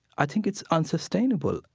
i think it's unsustainable.